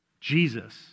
Jesus